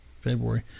February